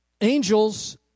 angels